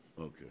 okay